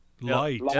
Light